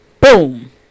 Boom